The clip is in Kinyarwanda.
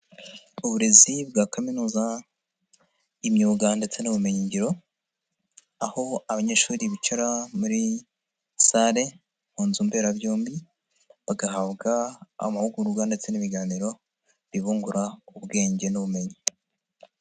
Uburezi bwa kaminuza, imyuga ndetse n'ubumenyingiro, aho abanyeshuri bicara muri sare mu nzu mberabyombi, bagahabwa amahugurwa ndetse n'ibiganiro, bibungura ubwenge n'ubumenyi.